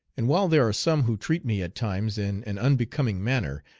and while there are some who treat me at times in an unbecoming manner,